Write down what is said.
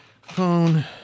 phone